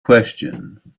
question